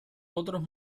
otros